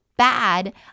bad